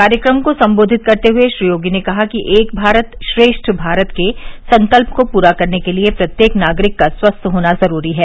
कार्यक्रम को संबोधित करते हुए श्री योगी ने कहा कि एक भारत श्रेष्ठ भारत के संकल्प को पूरा करने के लिए प्रत्येक नागरिक का स्वस्थ होना जुरूरी है